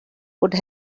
would